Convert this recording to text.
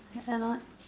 annoyed